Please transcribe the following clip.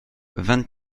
vingt